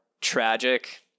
tragic